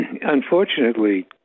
unfortunately